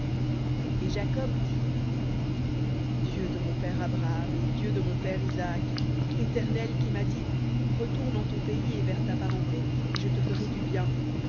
et jacob dit dieu de mon père abraham et dieu de mon père isaac éternel qui m'as dit retourne en ton pays et vers ta parenté et je te ferai du bien